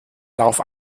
darauf